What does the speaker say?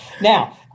Now